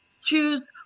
choose